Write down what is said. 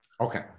Okay